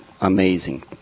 amazing